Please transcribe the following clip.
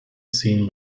seen